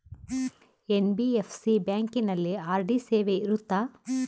NBFC ಬ್ಯಾಂಕಿನಲ್ಲಿ RD ಸೇವೆ ಇರುತ್ತಾ?